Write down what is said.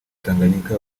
tanganyika